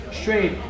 straight